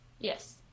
Yes